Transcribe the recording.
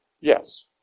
yes